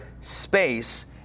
space